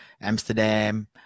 Amsterdam